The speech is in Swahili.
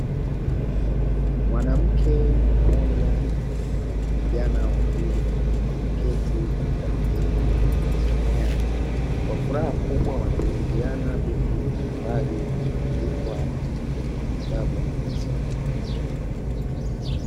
Mwanamke mmoja na vijana wawili wameketi katika sehemu ya kujisomea, kwa furaha kubwa wanajadiliana vitu mbalimbali vilivyoandikwa kwenye vitabu wanavyovisoma.